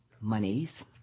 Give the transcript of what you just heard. monies